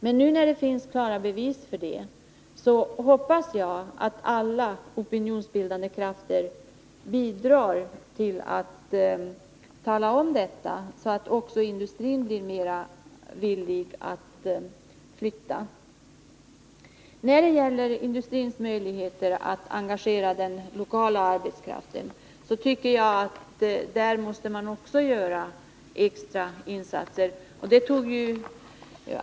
Men nu, när det finns klara bevis för det, hoppas jag att alla opinionsbildande krafter bidrar till att tala om detta, så att också industrin blir mera villig att flytta. När det gäller industrins möjligheter att engagera den lokala arbetskraften måste man också göra extra insatser.